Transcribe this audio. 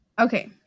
Okay